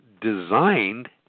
designed